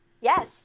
Yes